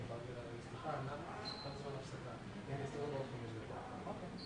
על 10 מיליון תושבים בערך יש להם כ-250 מכשירי MRI